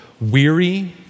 weary